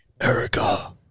Erica